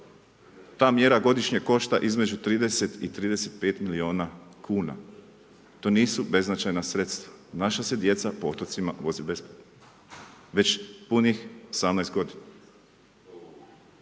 Ta mjera godišnje košta između 30 i 35 milijuna kuna. To nisu beznačajna sredstva. Naša se djeca po otocima voze besplatno već punih 18 g.